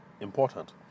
important